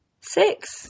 Six